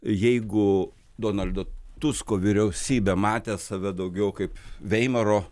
jeigu donaldo tusko vyriausybė matė save daugiau kaip veimaro